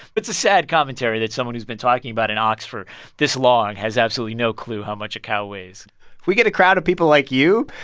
but it's a sad commentary that someone who's been talking about an ox for this long has absolutely no clue how much a cow weighs if we get a crowd of people like you,